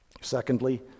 Secondly